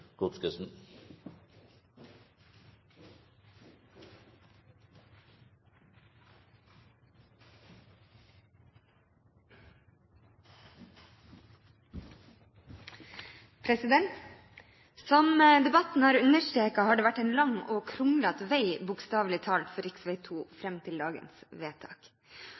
minutter. Som debatten her understreker, har det vært en lang og kronglete vei, bokstavlig talt, for rv. 2 fram til dagens vedtak.